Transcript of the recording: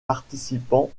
participant